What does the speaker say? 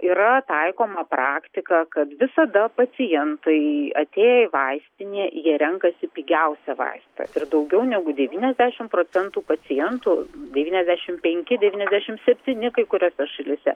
yra taikoma praktika kad visada pacientai atėję į vaistinę jie renkasi pigiausią vaistą ir daugiau negu devyniasdešim procentų pacientų devyniasdešim penki devyniasdešim septyni kai kuriose šalyse